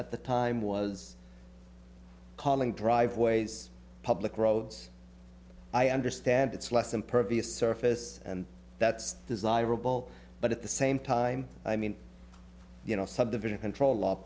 at the time was calling driveways public roads i understand it's less impervious surface and that's desirable but at the same time i mean you know subdivision control law